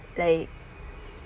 like